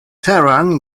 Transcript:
taran